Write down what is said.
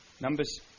Numbers